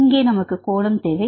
இங்கே நமக்கு கோணம் தேவை